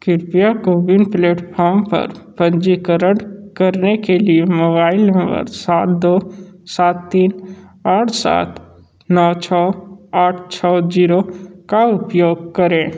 कृपया CoWIN platform पर पंजीकरण करने के लिए मोबाइल नम्बर सात दो सात तीन आठ सात नौ छ आठ छ जीरो का उपयोग करें